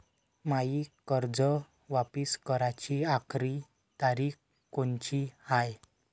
मायी कर्ज वापिस कराची आखरी तारीख कोनची हाय?